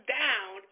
down